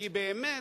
כי באמת,